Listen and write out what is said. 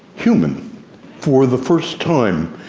human for the first time,